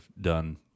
done